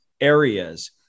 areas